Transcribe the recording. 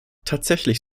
tatsächlich